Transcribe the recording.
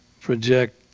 project